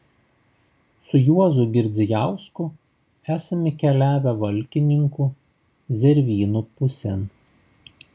su juozu girdzijausku esame keliavę valkininkų zervynų pusėn